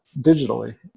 digitally